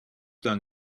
down